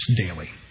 daily